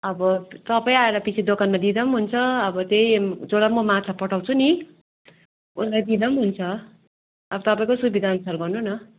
अब तपाईँ आएर पिच्छे दोकानमा दिँदा पनि हुन्छ अब त्यही जसलाई म माछा पठाउँछु नि उसलाई दिँदा पनि हुन्छ अब तपाईँको सुविधा अनुसार गर्नू न